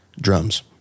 Drums